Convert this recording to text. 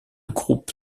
groupe